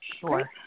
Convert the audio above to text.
Sure